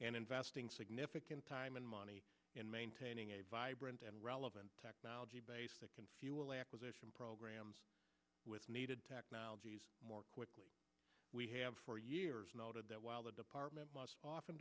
and investing significant time and money in maintaining a vibrant and relevant technology base that can fuel acquisition programs with needed technologies more quickly we have for years noted that while the department